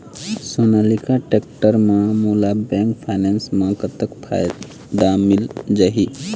Sonalika tractor म मोला bank finance म कतक फायदा मिल जाही?